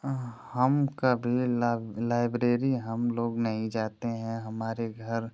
हाँ हम कभी न लाइब्रेरी हम लोग नहीं जाते हैं हमारे घर